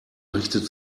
richtet